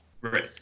right